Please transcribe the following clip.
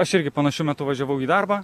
aš irgi panašiu metu važiavau į darbą